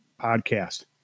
podcast